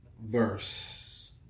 Verse